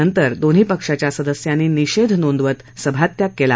नंतर दोन्ही पक्षाच्या सदस्यांनी निषेध नोंदवत सभात्याग केला